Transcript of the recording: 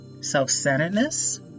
self-centeredness